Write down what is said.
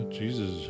Jesus